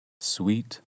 Sweet